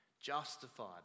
Justified